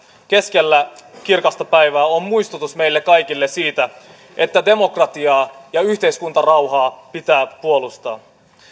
keskellä kirkasta päivää on on muistutus meille kaikille siitä että demokratiaa ja yhteiskuntarauhaa pitää puolustaa